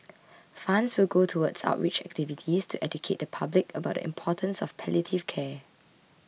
funds will go towards outreach activities to educate the public about the importance of palliative care